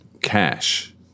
cash